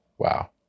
Wow